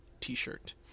T-shirt